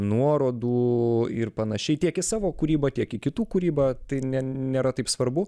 nuorodų ir panašiai tiek į savo kūrybą tiek į kitų kūrybą tai ne nėra taip svarbu